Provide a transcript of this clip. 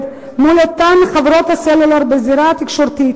מול אותן חברות הסלולר בזירה התקשורתית,